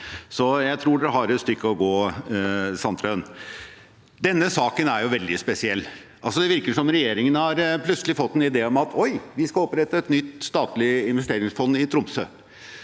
Jeg tror dere har et stykke å gå. Denne saken er jo veldig spesiell. Det virker som om regjeringen plutselig har fått en idé: Oi, vi skal opprette et nytt statlig investeringsfond i Tromsø.